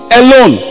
alone